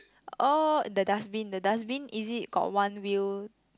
orh the dustbin the dustbin is it got one wheel